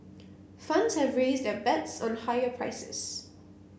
funds have raised their bets on higher prices